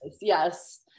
yes